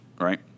right